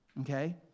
Okay